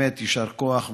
יישר כוח.